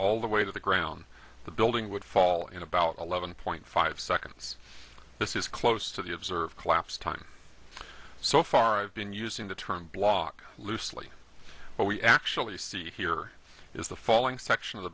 all the way to the ground the building would fall in about eleven point five seconds this is close to the observed collapse time so far i've been using the term blog loosely what we actually see here is the following section of the